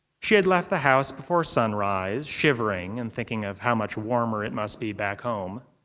she had left the house before sunrise, shivering and thinking of how much warmer it must be back home.